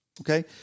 okay